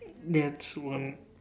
that's one